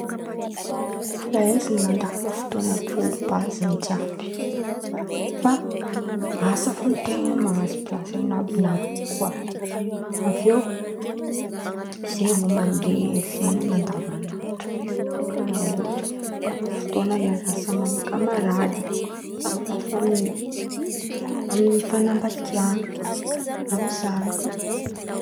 Fahaizan̈a mandamin̈a fotoan̈a fo bazin̈y jiàby, fa asa fo ten̈a mahazo plasy an̈abon̈abo kokoa, avy eo zay vô mandeha fiainan̈a andavanandra karàha ôhatra manôkan̈a fotoan̈a iarasan̈a kamarady, amy lafamy, amy fanambadian̈ana, amy zanaka.